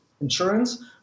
insurance